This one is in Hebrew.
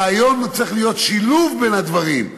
הרעיון צריך להיות שילוב בין הדברים,